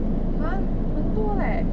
!huh! 很多 eh